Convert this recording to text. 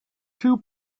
two